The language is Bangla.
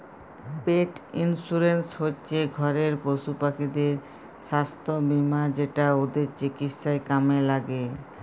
পেট ইন্সুরেন্স হচ্যে ঘরের পশুপাখিদের সাস্থ বীমা যেটা ওদের চিকিৎসায় কামে ল্যাগে